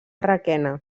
requena